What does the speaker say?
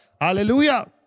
Hallelujah